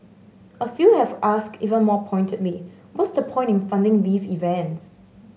a few have asked even more pointedly what's the point in funding these events